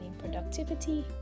productivity